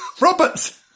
Roberts